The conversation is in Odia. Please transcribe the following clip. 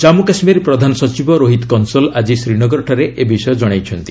ଜାମ୍ପୁ କାଶ୍ମୀର ପ୍ରଧାନ ସଚିବ ରୋହିତ କଂସଲ୍ ଆଜି ଶ୍ରୀନଗରଠାରେ ଏ ବିଷୟ ଜଣାଇଛନ୍ତି